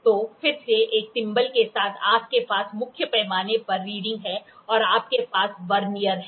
तो फिर से एक थिम्बल के साथ आपके पास मुख्य पैमाने पर रीडिंग है और आपके पास वर्नियर है